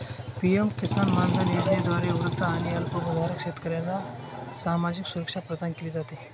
PM Kisan Maandhan योजनेद्वारे वृद्ध आणि अल्पभूधारक शेतकऱ्यांना सामाजिक सुरक्षा प्रदान केली जाते